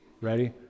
ready